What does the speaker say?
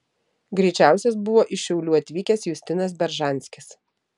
greičiausias buvo iš šiaulių atvykęs justinas beržanskis